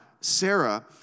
Sarah